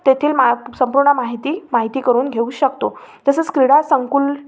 तेथील मा संपूर्ण माहिती माहिती करून घेऊ शकतो तसेच क्रिडासंकुल